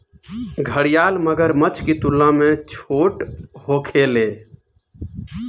घड़ियाल मगरमच्छ की तुलना में छोट होखेले